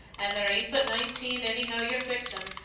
an' there ain't but nineteen anyhow yer fix em,